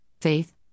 faith